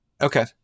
Okay